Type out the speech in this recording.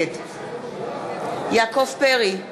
נגד יעקב פרי,